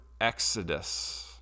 exodus